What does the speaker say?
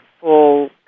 full